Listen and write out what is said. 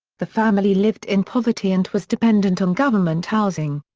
the family lived in poverty and was dependent on government housing.